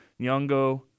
Nyong'o